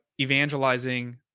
evangelizing